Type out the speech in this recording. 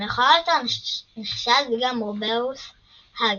ומאוחר יותר נחשד גם רובאוס האגריד,